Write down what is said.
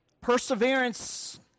perseverance